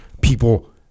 people